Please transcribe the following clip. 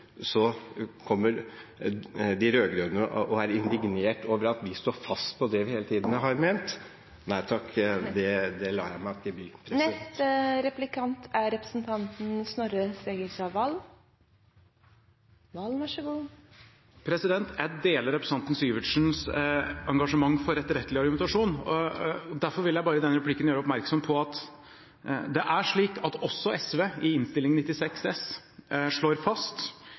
Så kommer de rød-grønne og er indignert over at vi står fast på det vi hele tiden har ment. Nei takk, det lar jeg meg ikke by. Jeg deler representanten Syversens engasjement for etterrettelig argumentasjon. Derfor vil jeg bare i denne replikken gjøre oppmerksom på at det er slik at også SV i innstilling 96 S slår fast: